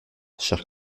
cher